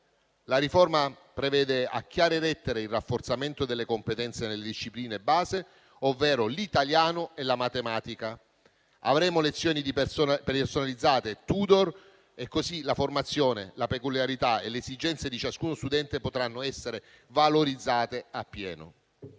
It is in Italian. La riforma prevede a chiare lettere il rafforzamento delle competenze nelle discipline base, ovvero l'italiano e la matematica. Avremo lezioni personalizzate e *tutor*; così la formazione, la peculiarità e le esigenze di ciascuno studente potranno essere valorizzate a pieno.